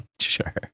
Sure